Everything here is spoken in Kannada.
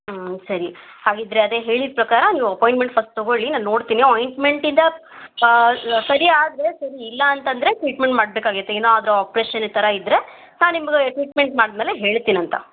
ಹಾಂ ಸರಿ ಹಾಗಿದ್ದರೆ ಅದೇ ಹೇಳಿದ ಪ್ರಕಾರ ನೀವು ಅಪಾಯಿಂಟ್ಮೆಂಟ್ ಫಸ್ಟ್ ತಗೊಳ್ಳಿ ನಾನು ನೋಡ್ತೀನಿ ಆಯಿಂಟ್ಮೆಂಟಿಂದ ಸರಿ ಆದರೆ ಸರಿ ಇಲ್ಲಾಂತಂದರೆ ಟ್ರೀಟ್ಮೆಂಟ್ ಮಾಡಬೇಕಾಗೈತೆ ಏನೋ ಅದರ ಆಪ್ರೇಷನ್ ಥರ ಇದ್ದರೆ ನಾನು ನಿಮಗೆ ಟ್ರೀಟ್ಮೆಂಟ್ ಮಾಡಿದ್ಮೇಲೆ ಹೇಳ್ತಿನಂತೆ